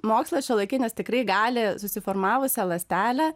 mokslas šiuolaikinis tikrai gali susiformavusią ląstelę